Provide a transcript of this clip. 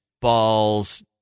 balls